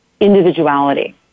individuality